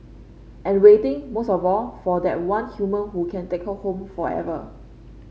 and waiting most of all for that one human who can take her home forever